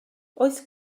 oes